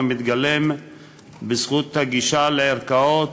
המתגלם בזכות הגישה לערכאות,